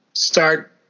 start